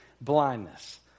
blindness